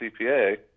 CPA